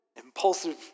Impulsive